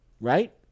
Right